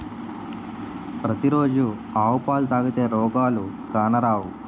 పతి రోజు ఆవు పాలు తాగితే రోగాలు కానరావు